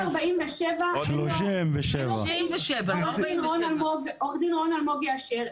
סעיף 47. 37. עו"ד רון אלמוג יאשר,